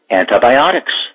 antibiotics